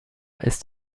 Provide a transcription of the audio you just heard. ist